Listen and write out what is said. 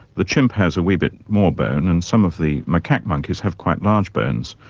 the chimp has a wee bit more bone, and some of the macaque monkeys have quite large bones.